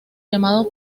llamado